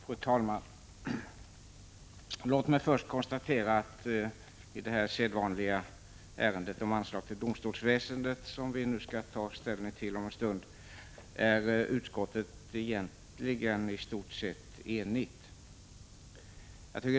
Fru talman! Låt mig först konstatera att i det sedvanliga ärendet om anslag till domstolsväsendet, som vi skall ta ställning till om en stund, är utskottet i stort sett enigt.